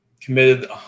committed